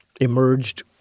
emerged